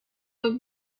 would